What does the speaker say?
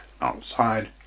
outside